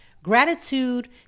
Gratitude